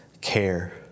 care